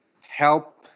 help